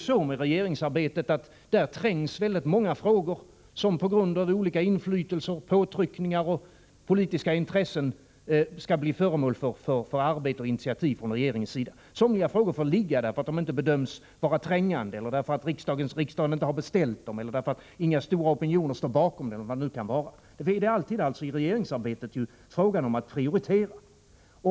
» I regeringsarbetet trängs väldigt många frågor, som på grund av olika inflytelser, påtryckningar och politiska intressen skall bli föremål för arbete och initiativ. Somliga frågor får ligga därför att de inte bedöms vara trängande, därför att riksdagen inte har beställt några åtgärder, därför att inga stora opinioner ställer krav eller vad det nu kan vara. I regeringsarbetet är det alltid fråga om att prioritera.